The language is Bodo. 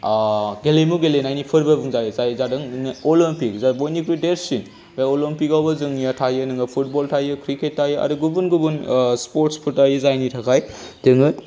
गेलेमु गेलेनायनि फोरबो बुंजायो जाय जादों अलिम्पिक जाय बयनिख्रुइ देरसिन बे अलिम्पिकावबो जोंनिया थायो नोङो फुटबल थायो क्रिकेट थायो आरो गुबुन गुबुन स्पर्ट्सफोर थायो जायनि थाखाय जोङो